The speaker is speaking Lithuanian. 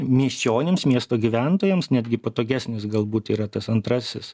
miesčionims miesto gyventojams netgi patogesnis galbūt yra tas antrasis